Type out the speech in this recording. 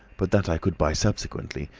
but that i could buy subsequently,